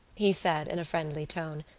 he said in a friendly tone,